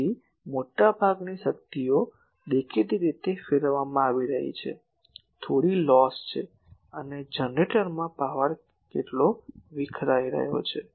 તેથી મોટાભાગની શક્તિ દેખીતી રીતે ફેરવવામાં આવી રહી છે થોડી લોસ છે અને જનરેટરમાં પાવર કેટલો વિખેરાઇ રહયો છે